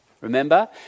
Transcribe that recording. Remember